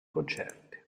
concerti